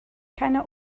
keiner